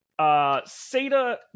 SATA